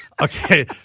Okay